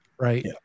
right